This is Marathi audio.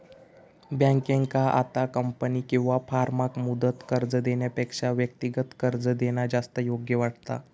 बँकेंका आता कंपनी किंवा फर्माक मुदत कर्ज देण्यापेक्षा व्यक्तिगत कर्ज देणा जास्त योग्य वाटता